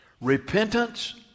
repentance